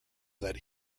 that